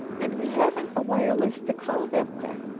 and we haven't a wireless to call them with.